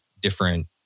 different